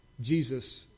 Jesus